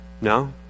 No